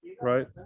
right